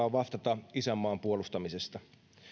on vastata isänmaan puolustamisesta